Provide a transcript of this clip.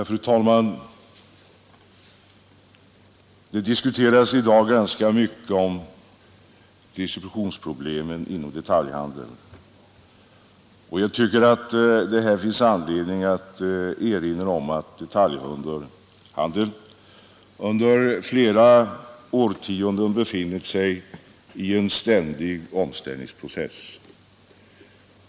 Fru talman! Det diskuteras i dag ganska mycket om distributionsproblemen inom detaljhandeln. Det finns dock anledning att här erinra om att detaljhandeln under flera årtionden befunnit sig i en ständig omställningsprocess.